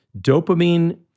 dopamine